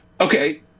okay